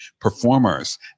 performers